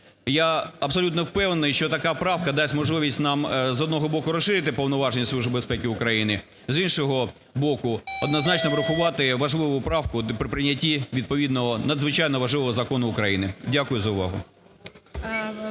Я абсолютно впевнений, що така правка дасть можливість нам, з одного боку, розширити повноваження Служби безпеки України, з іншого боку, однозначно врахувати важливу правку при прийнятті відповідного надзвичайно важливого закону України. Дякую за увагу.